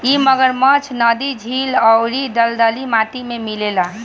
इ मगरमच्छ नदी, झील अउरी दलदली माटी में मिलेला